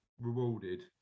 rewarded